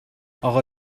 اقا